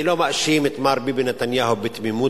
אני לא מאשים את מר ביבי נתניהו בתמימות,